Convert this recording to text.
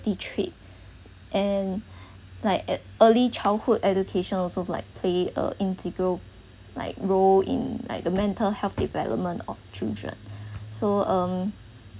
ity traits and like at early childhood education also like play a integral like role in like the mental health development of children so um